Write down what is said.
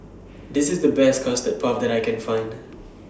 This IS The Best Custard Puff that I Can Find